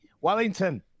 Wellington